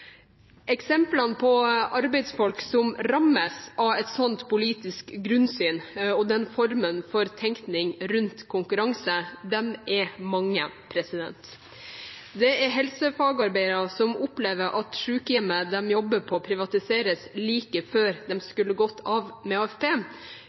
Eksemplene på arbeidsfolk som rammes av et slikt politisk grunnsyn og den formen for tenkning rundt konkurranse, er mange. Det er helsefagarbeidere som opplever at sykehjemmet de jobber på, privatiseres like før de skulle ha gått av med AFP,